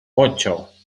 ocho